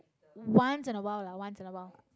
once in awhile lah once in awhile